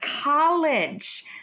college